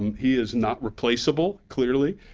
he is not replaceable, clearly,